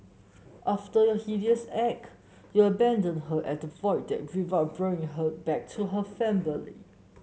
after your heinous you abandoned her at the Void Deck without bringing her back to her family